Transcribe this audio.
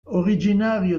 originario